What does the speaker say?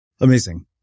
Amazing